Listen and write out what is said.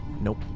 Nope